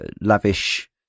lavish